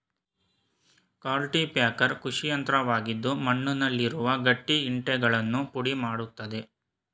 cultipacker ಕೃಷಿಯಂತ್ರವಾಗಿದ್ದು ಮಣ್ಣುನಲ್ಲಿರುವ ಗಟ್ಟಿ ಇಂಟೆಗಳನ್ನು ಪುಡಿ ಮಾಡತ್ತದೆ